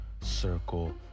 circle